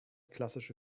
klassische